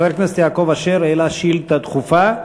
חבר הכנסת יעקב אשר העלה שאילתה דחופה,